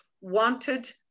wanted